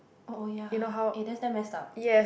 oh ya eh that's damn messed up